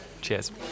cheers